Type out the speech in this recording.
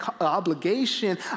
obligation